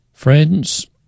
Friends